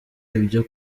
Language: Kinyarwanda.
ibyo